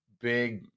big